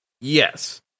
Yes